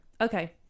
Okay